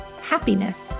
Happiness